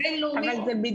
בין-לאומית.